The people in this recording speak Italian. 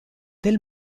del